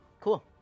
Cool